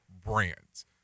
brands